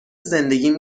زندگیم